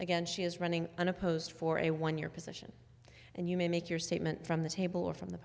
again she is running unopposed for a one year position and you may make your statement from the table or from the